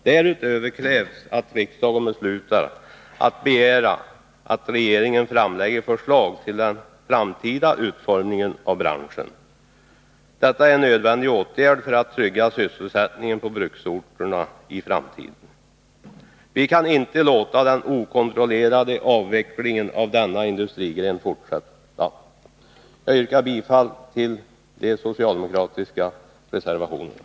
Därutöver krävs att riksdagen beslutar att begära att regeringen framlägger förslag till den framtida utformningen av branschen. Detta är nödvändiga åtgärder för att trygga sysselsättningen på bruksorterna i framtiden. Vi kan inte låta den okontrollerade avvecklingen av denna industrigren fortsätta. Jag yrkar bifall till de socialdemokratiska reservationerna.